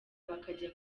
bakajya